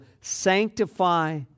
sanctify